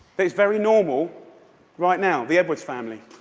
that is very normal right now the edwards family.